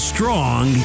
Strong